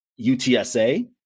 UTSA